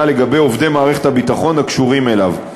לגבי עובדי מערכת הביטחון הקשורים אליו,